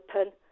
open